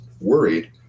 worried